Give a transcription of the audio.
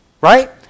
right